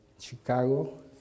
Chicago